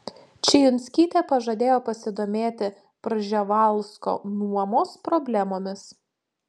čijunskytė pažadėjo pasidomėti prževalsko nuomos problemomis